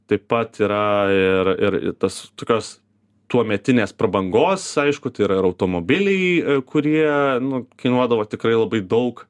taip pat yra ir ir tas tokios tuometinės prabangos aišku tai yra automobiliai kurie nu kainuodavo tikrai labai daug